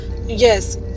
yes